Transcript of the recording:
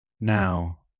Now